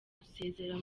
gusezera